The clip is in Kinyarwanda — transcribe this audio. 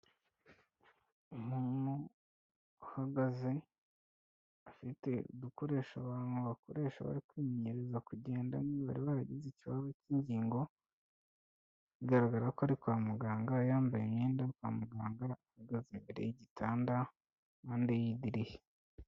Umuntu uhagaze afite udukoresho abantu bakoresha bari kwimenyereza kugenda niba bari baragize ikibazo cy'ingingo bigaragara ko ari kwa muganga yambaye imyenda kwa muganga ahagaze imbere yigitanda impande y'idirishya.